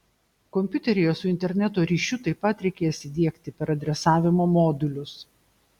kompiuteryje su interneto ryšiu taip pat reikės įdiegti peradresavimo modulius